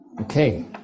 Okay